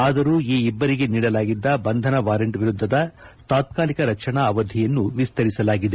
ಆದರೂ ಈ ಇಬ್ಬರಿಗೆ ನೀಡಲಾಗಿದ್ದ ಬಂಧನ ವಾರಂಟ್ ವಿರುದ್ದದ ತಾತ್ಕಾಲಿಕ ರಕ್ಷಣಾ ಅವಧಿಯನ್ನು ವಿಸ್ತರಿಸಲಾಗಿದೆ